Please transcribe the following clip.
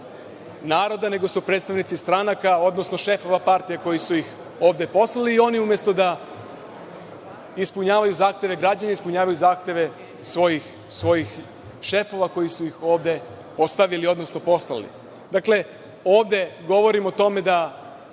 naroda, nego su predstavnici stranaka, odnosno šefova partija koji su ih ovde poslali. Oni umesto da ispunjavaju zahteve građana, ispunjavaju zahteve svojih šefova koji su ih ovde postavili, odnosno poslali. Dakle, ovde govorim o tome da